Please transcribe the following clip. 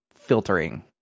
filtering